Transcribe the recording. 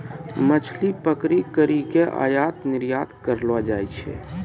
मछली पकड़ी करी के आयात निरयात करलो जाय छै